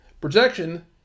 projection